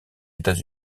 états